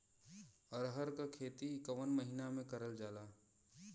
अरहर क खेती कवन महिना मे करल जाला?